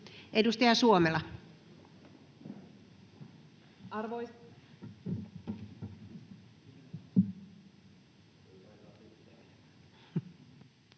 Edustaja Tuomioja. Arvoisa